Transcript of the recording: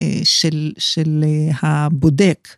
של של הבודק.